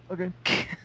Okay